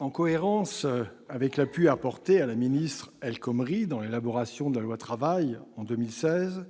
en cohérence avec l'appui apporté à la ministre Myriam El Khomri lors de l'élaboration de la loi Travail en 2016,